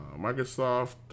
Microsoft